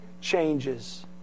changes